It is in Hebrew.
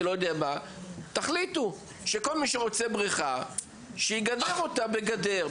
תחליטו שכל מי שרוצה בריכה שיגדר אותה בגדר.